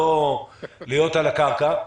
לא להיות על הקרקע.